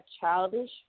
childish